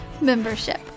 Membership